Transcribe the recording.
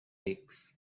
eggs